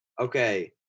Okay